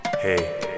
Hey